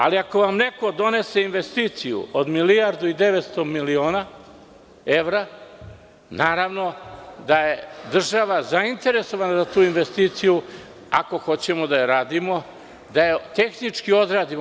Ali, ako vam neko donese investiciju od milijardu i 900 miliona evra, naravno, da je država zainteresovana za tu investiciju, ako hoćemo da je radimo, da je tehnički odradimo.